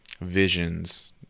Visions